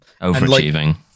overachieving